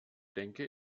denke